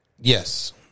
Yes